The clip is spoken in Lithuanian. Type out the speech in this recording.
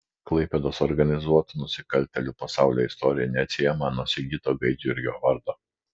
klaipėdos organizuotų nusikaltėlių pasaulio istorija neatsiejama nuo sigito gaidjurgio vardo